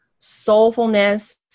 soulfulness